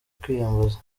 kwiyambaza